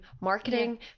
marketing